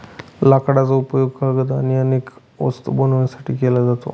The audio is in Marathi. लाकडाचा उपयोग कागद आणि अनेक वस्तू बनवण्यासाठी केला जातो